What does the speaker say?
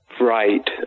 right